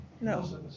No